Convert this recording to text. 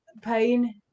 pain